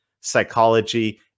psychology